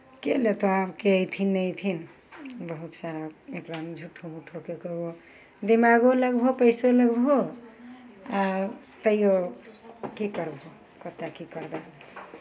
के लेतै के अयथिन नहि अयथिन बहुत सारा एकरामे झूठो मूठोके दिमागो लगयबहो पैसो लगबहौ आ तैयो की करबै कतेक की करबै